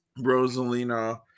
Rosalina